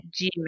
gmail